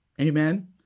Amen